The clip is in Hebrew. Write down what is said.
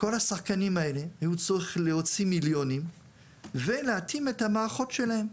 כל השחקנים האלה היו צריכים להוציא מיליונים ולהתאים את המערכות שלהם.